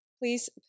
please